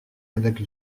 avec